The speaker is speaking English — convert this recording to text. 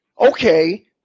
okay